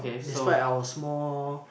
despite our small